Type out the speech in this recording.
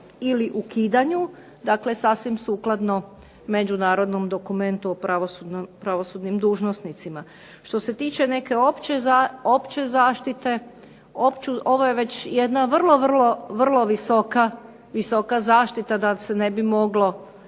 ili ukidanju, dakle sasvim sukladno međunarodnom dokumentu o pravosudnim dužnosnicima. Što se tiče neke opće zaštite, ovo je već jedna vrlo, vrlo, vrlo visoka zaštita da se ne bi moglo